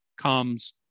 comes